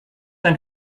ein